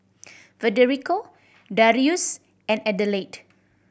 Federico Darrius and Adelaide